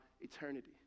eternity